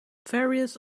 various